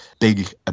big